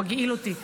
מגעיל אותי.